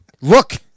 look